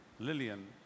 Lillian